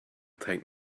take